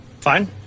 Fine